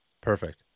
perfect